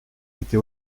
été